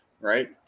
right